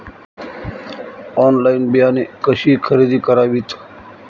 Online बियाणे कशी खरेदी करावीत?